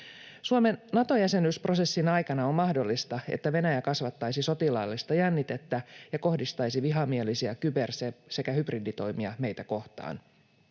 Suomen Nato-jäsenyysprosessin aikana on mahdollista, että Venäjä kasvattaisi sotilaallista jännitettä ja kohdistaisi vihamielisiä kyber- sekä hybriditoimia meitä kohtaan.